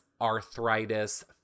arthritis